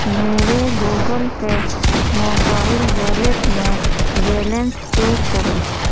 میرے Google Pay mobile wallet میں balance check کرو